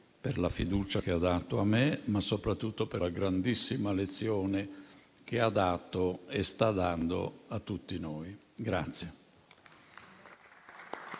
per la fiducia che ha dato a me, ma soprattutto per la grandissima lezione che ha dato e sta dando a tutti noi.